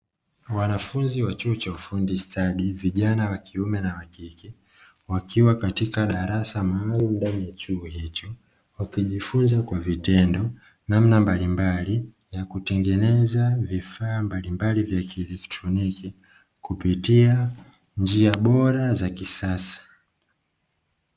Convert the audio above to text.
Wanafunzi wa chuo cha ufundi stadi (vijana wa kiume na wa kike) wakiwa katika darasa maalum ndani ya chuo hicho, wakijifunza kwa vitendo namna mbalimbali ya kutengeneza vifaa mbalimbali vya kieletroniki kupitia njia bora za kisasa.